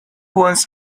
wants